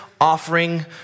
offering